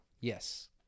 yes